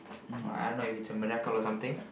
!wah! I don't know if it's a miracle or something